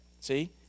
see